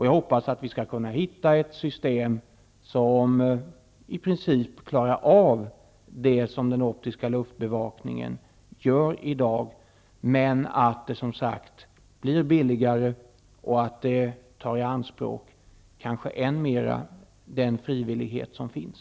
Jag hoppas att vi skall kunna hitta ett system, som i princip klarar av det som den optiska luftbevakningen gör i dag men blir billigare och än mer tar i anspråk den frivillighet som finns.